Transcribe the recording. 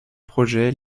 projets